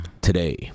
Today